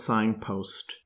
Signpost